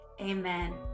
amen